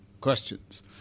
questions